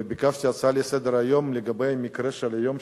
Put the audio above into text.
וביקשתי הצעה לסדר-היום לגבי המקרה של היום,